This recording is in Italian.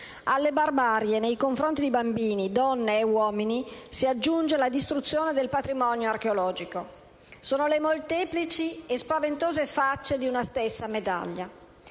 Alle barbarie nei confronti di bambini, donne e uomini si aggiunge la distruzione del patrimonio archeologico. Sono le molteplici e spaventose facce di una stessa medaglia.